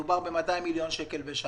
מדובר ב-200 מיליון שקלים בשנה.